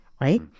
right